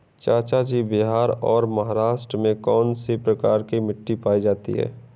चाचा जी बिहार और महाराष्ट्र में कौन सी प्रकार की मिट्टी पाई जाती है?